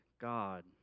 God